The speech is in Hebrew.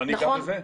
אני אגע בזה.